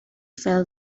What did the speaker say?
fell